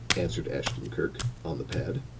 answered ashton-kirk, on the pad.